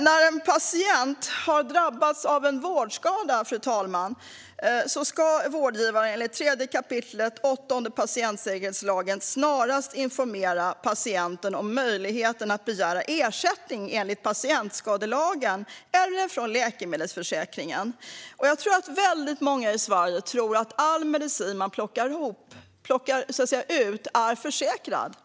När en patient har drabbats av en vårdskada, fru talman, ska vårdgivaren enligt 3 kap. 8 § patientsäkerhetslagen snarast informera patienten om möjligheten att begära ersättning enligt patientskadelagen eller från läkemedelsförsäkringen. Jag tror att många i Sverige tror att all medicin man plockar ut är försäkrad.